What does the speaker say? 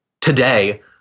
today